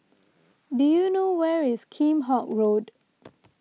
do you know where is Kheam Hock Road